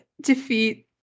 defeat